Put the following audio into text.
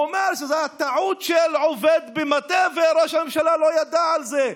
הוא אומר שזאת הייתה טעות של עובד במטה וראש הממשלה לא ידע על זה.